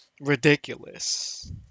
Ridiculous